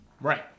Right